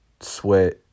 sweat